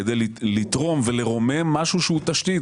כדי לתרום ולרומם משהו שהוא תשתית.